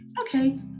Okay